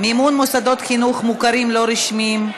מימון מוסדות חינוך מוכרים לא רשמיים),